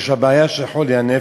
יש לה בעיה של חולי הנפש,